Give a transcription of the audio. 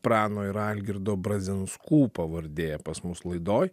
prano ir algirdo brazinskų pavardė pas mus laidoj